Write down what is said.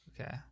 Okay